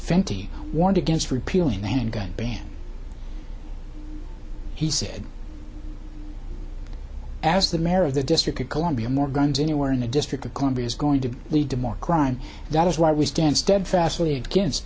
fenty warned against repealing the handgun ban he said as the mayor of the district of columbia more guns anywhere in the district of columbia is going to lead to more crime that is why we stand steadfastly against